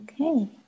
Okay